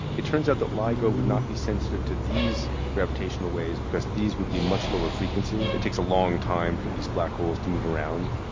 it turns out that lygo would not be sensitive to these graphictational waves because these would be much lower frequency. it takes a long time for these black holes to move around.